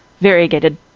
variegated